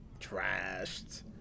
trashed